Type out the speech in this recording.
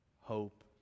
hope